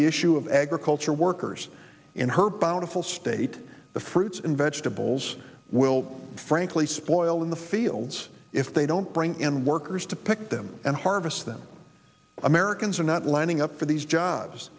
the issue of agriculture workers in her on a full state the fruits and vegetables will frankly spoil in the fields if they don't bring in workers to pick them and harvest them americans are not lining up for these jobs